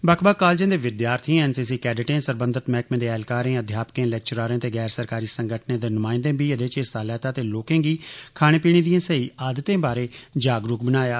बक्ख बक्ख कालेजें दे विद्यार्थिएं एनसीसी कैडेटें सरबंघत मैहकमे दे ऐह्लकारें अध्यापकें लेक्चरारें ते गैर सरकारी संगठनें दे नुमाइंदें बी एह्दे च हिस्सा लैता ते लोकें गी खाने पीने दिए सेई आदतें बारै जागरूक बनाया